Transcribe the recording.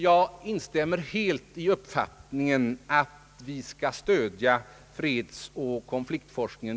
Jag instämmer helt i uppfattningen att vi bör stödja fredsoch konfliktforskningen.